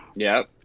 yeah,